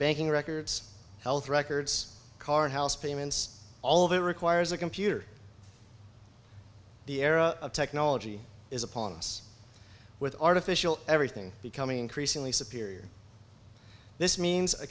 banking records health records car house payments all of it requires a computer the era of technology is upon us with artificial everything becoming increasingly superior this means